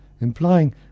implying